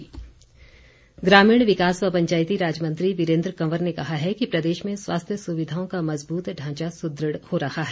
वीरेंद्र कंवर ग्रामीण विकास व पंचायती राज मंत्री वीरेंद्र कंवर ने कहा है कि प्रदेश में स्वास्थ्य सुविधाओं का मजबूत ढांचा सुदृढ़ हो रहा है